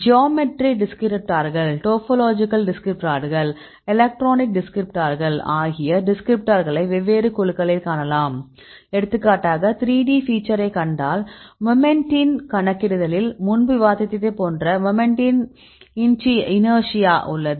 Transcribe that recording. geometry டிஸ்கிரிப்டார்கள் topological டிஸ்கிரிப்டார்கள் electronic டிஸ்கிரிப்டார்கள் ஆகிய டிஸ்கிரிப்டார்களை வெவ்வேறு குழுக்களில் காணலாம் எடுத்துக்காட்டாக 3D ஃபீச்சரை கண்டால் மொமெண்டின் கணக்கிடுதலில் முன்பு விவாதித்ததைப் போன்ற மொமெண்டின் இநேர்த்தியா உள்ளது